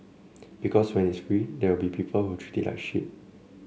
because when it's free there will be people who will treat it like shit